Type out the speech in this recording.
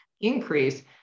increase